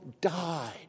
died